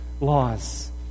laws